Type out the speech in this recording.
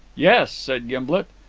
yes, said gimblet,